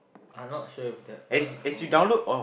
I'm not sure if that uh know